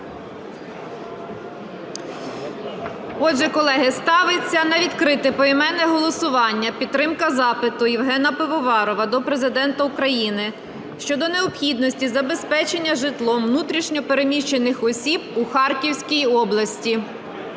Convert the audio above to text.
Отже, колеги, ставиться на відкрите поіменне голосування підтримка запиту Євгена Пивоварова до Президента України щодо необхідності забезпечення житлом внутрішньо переміщених осіб у Харківській області.